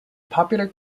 popular